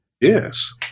Yes